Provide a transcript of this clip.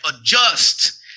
adjust